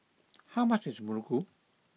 how much is Muruku